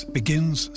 begins